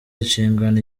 inshingano